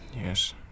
Yes